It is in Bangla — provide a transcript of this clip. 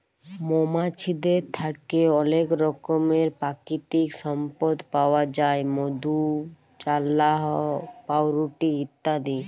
মমাছিদের থ্যাকে অলেক রকমের পাকিতিক সম্পদ পাউয়া যায় মধু, চাল্লাহ, পাউরুটি ইত্যাদি